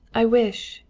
i wish,